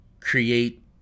create